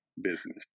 business